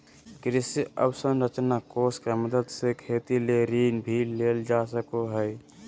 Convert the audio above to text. कृषि अवसरंचना कोष के मदद से खेती ले ऋण भी लेल जा सकय हय